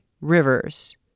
Rivers